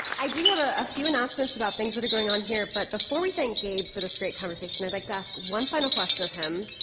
you know a few announcements about things that are going on here but before we thank gabe for this great conversation, i'd like to ask one final question of him.